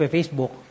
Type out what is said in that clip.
Facebook